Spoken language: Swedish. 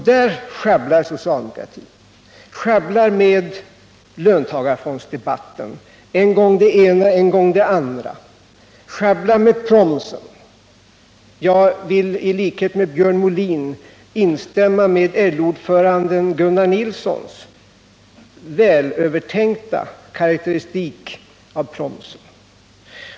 Där sjabblar socialdemokratin — genom löntagarfondsdebatten, där man föreslår en gång det ena, en annan gång det andra, och genom förslaget om promsen. I likhet med Björn Molin vill jag instämma i LO-ordföranden Gunnar Nilssons välövertänkta karakteristik av promsen.